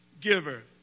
giver